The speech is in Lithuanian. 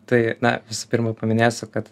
tai na visų pirma paminėsiu kad